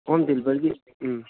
home ꯗꯦꯂꯤꯕꯔꯤꯒꯤ ꯎꯝ